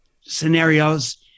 scenarios